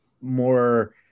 more